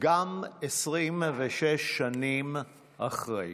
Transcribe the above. גם 26 שנים אחרי.